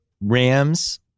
Rams